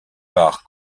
par